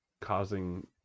causing